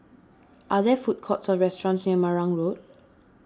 are there food courts or restaurants near Marang Road